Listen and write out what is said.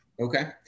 Okay